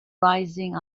rising